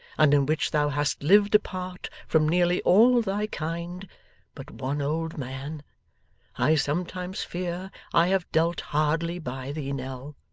and in which thou hast lived apart from nearly all thy kind but one old man i sometimes fear i have dealt hardly by thee, nell